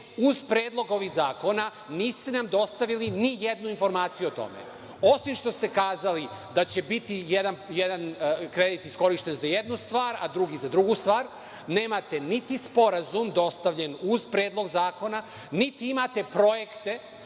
uz predlog ovih zakona niste nam dostavili nijednu informaciju o tome, osim što se kazali da će biti jedno kreditno skrovište za jednu stvar, a drugi za drugu stvar. Nemate niti sporazum dostavljen uz predlog zakona niti imate projekte